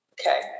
Okay